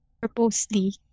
purposely